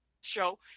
show